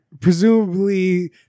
presumably